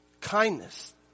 Kindness